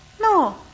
No